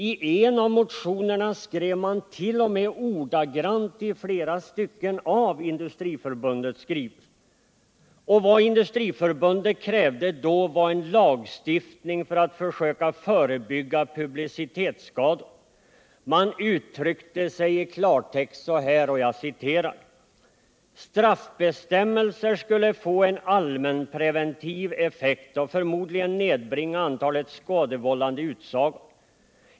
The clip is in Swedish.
I en av motionerna skrev man 1.0. m. i flera stycken ordagrant av Industriförbundets skrivelse. Vad Industriförbundet då krävde var en lagstiftning för att försöka förebygga publicitetsskador. Man uttryckte sig i klartext så här: ”Straffbestämmelser skulle få en allmänpreventiv effekt och förmodligen nedbringa antalet skadevållande utsagor.